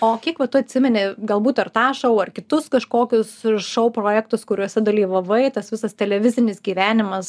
o kiek va tu atsimeni galbūt ar tą šou ar kitus kažkokius šou projektus kuriuose dalyvavai tas visas televizinis gyvenimas